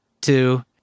Two